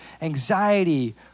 anxiety